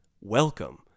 Welcome